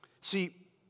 See